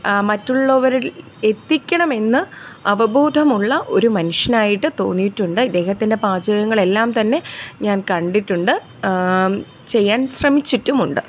മറ്റുള്ളവരിൽ എത്തിക്കണമെന്ന് അവബോധമുള്ള ഒരു മനുഷ്യനായിട്ട് തോന്നിയിട്ടുണ്ട് ഇദ്ദേഹത്തിൻ്റെ പാചകങ്ങള് എല്ലാം തന്നെ ഞാൻ കണ്ടിട്ടുണ്ട് ചെയ്യാൻ ശ്രമിച്ചിട്ടുമുണ്ട്